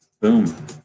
boom